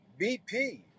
bp